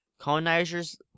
Colonizers